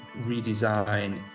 redesign